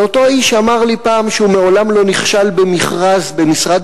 זה אותו איש שאמר לי פעם שהוא מעולם לא נכשל במכרז במשרד